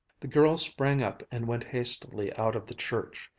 the girl sprang up and went hastily out of the church.